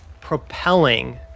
propelling